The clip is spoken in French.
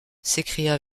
s’écria